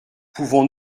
pouvons